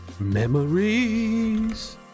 Memories